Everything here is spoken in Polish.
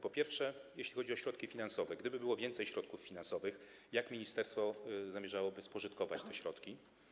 Po pierwsze, jeśli chodzi o środki finansowe, to gdyby było więcej środków finansowych, jak ministerstwo zamierzałoby spożytkować te środki?